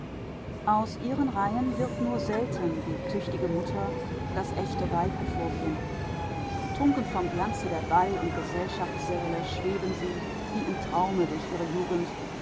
aus ihren reihen wird nur selten die tüchtige mutter das ächte weib hervorgehen trunken vom glanze der ball und gesellschaftssäle schweben sie wie im traume durch ihre jugend